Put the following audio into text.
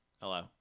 Hello